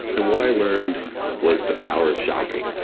and what i learned was the power of shopping,